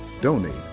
Donate